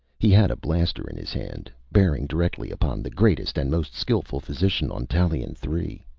he had a blaster in his hand, bearing directly upon the greatest and most skillful physician on tallien three.